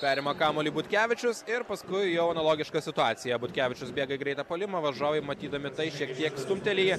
perima kamuolį butkevičius ir paskui jau analogiška situacija butkevičius bėga į greitą puolimą varžovai matydami tai šiek tiek stumteli jį